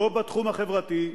לא בתחום החברתי,